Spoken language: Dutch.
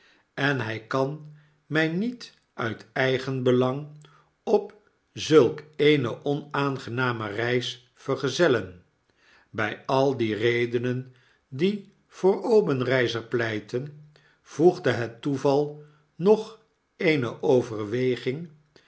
en hij kan my niet uit eigenbelang op zulk eene onaangenaine reis vergezellen bg al die redenen die voor obenreizer pleitten voegde het toeval nog eene overweging